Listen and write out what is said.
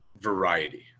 variety